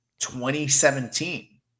2017